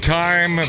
time